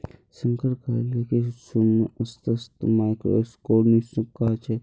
शंकर कहले कि सूक्ष्मअर्थशास्त्रक माइक्रोइकॉनॉमिक्सो कह छेक